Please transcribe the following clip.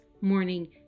morning